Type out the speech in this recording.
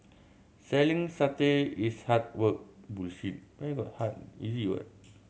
selling satay is hard work